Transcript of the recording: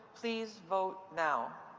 please vote now.